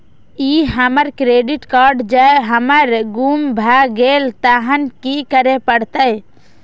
ई हमर credit card जौं हमर गुम भ गेल तहन की करे परतै?